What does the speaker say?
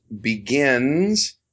begins